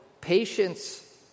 Patience